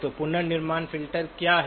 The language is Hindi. तो पुनर्निर्माण फिल्टर क्या है